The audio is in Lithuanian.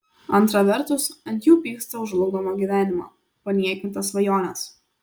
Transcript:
antra vertus ant jų pyksta už žlugdomą gyvenimą paniekintas svajones